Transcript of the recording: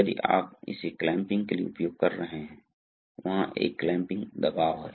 इसलिए यहां हम जो कर रहे हैं वह बहुत ही रोचक है